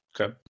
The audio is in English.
Okay